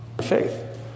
Faith